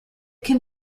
can